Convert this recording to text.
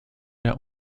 der